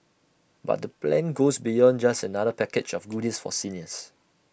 but the plan goes beyond just another package of goodies for seniors